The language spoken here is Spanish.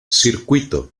circuito